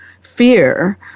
fear